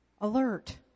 alert